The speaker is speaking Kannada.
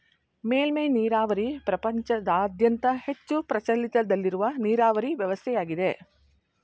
ಮೇಲ್ಮೆ ನೀರಾವರಿ ಪ್ರಪಂಚದಾದ್ಯಂತ ಹೆಚ್ಚು ಪ್ರಚಲಿತದಲ್ಲಿರುವ ನೀರಾವರಿ ವ್ಯವಸ್ಥೆಯಾಗಿದೆ